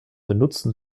benutzen